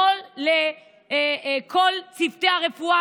לא לכל צוותי הרפואה,